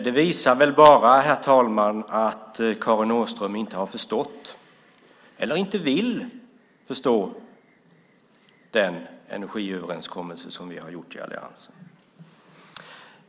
Det visar väl bara att Karin Åström inte har förstått, eller inte vill förstå, den energiöverenskommelse som vi i alliansen har träffat.